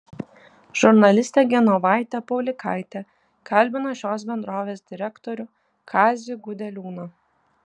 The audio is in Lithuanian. žurnalistė genovaitė paulikaitė kalbina šios bendrovės direktorių kazį gudeliūną